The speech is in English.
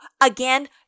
again